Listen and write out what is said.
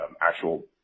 actual